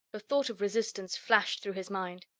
the thought of resistance flashed through his mind.